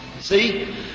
See